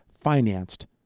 financed